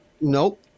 Nope